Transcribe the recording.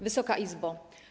Wysoka Izbo!